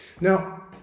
Now